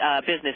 business